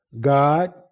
God